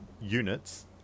units